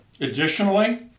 Additionally